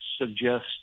suggest